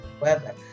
weather